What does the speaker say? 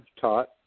taught